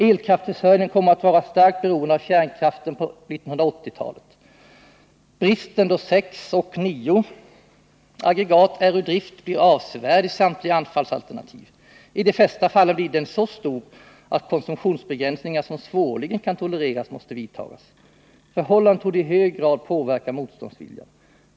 Elkraftförsörjningen kommer att vara starkt beroende av kärnkraftverken på 1980-talet. Bristen då 6 — 9 aggregat är ur drift blir avsevärd i samtliga anfallsalternativ. I de flesta fallen blir den så stor att konsumtionsbegränsningar som svårligen kan tolereras måste vidtagas. Förhållandet torde i hög grad påverka motståndsviljan.